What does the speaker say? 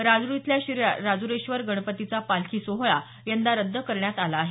राजूर इथल्या श्री राजुरेश्वर गणपतीचा पालखी सोहळा यंदा रद्द करण्यात आला आहे